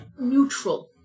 neutral